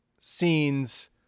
scenes